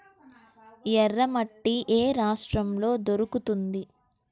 ఎర్రమట్టి ఏ రాష్ట్రంలో దొరుకుతుంది?